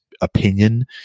opinion